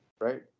Right